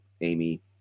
Amy